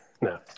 No